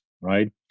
right